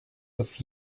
with